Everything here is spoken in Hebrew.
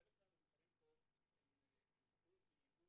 חלק מהמוצרים פה יובאו ביבוא